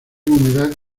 humedad